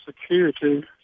security